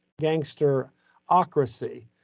gangsterocracy